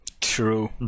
True